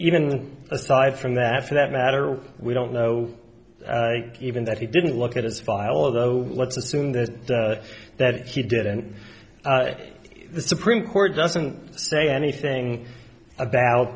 even aside from that for that matter we don't know even that he didn't look at his file although let's assume that that he did and the supreme court doesn't say anything about